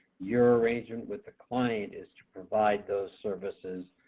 your arrangement with the client is to provide those services